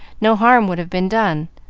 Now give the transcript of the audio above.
no harm would have been done.